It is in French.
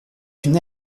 une